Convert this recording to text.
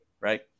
right